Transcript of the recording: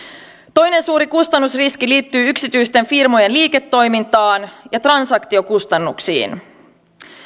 toinen suuri kustannusriski liittyy yksityisten firmojen liiketoimintaan ja transaktiokustannuksiin